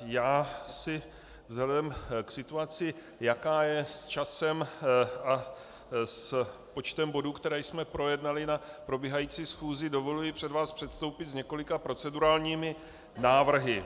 já si vzhledem k situaci, jaká je s časem a s počtem bodů, které jsme projednali na probíhající schůzi, dovoluji před vás předstoupit s několika procedurálními návrhy.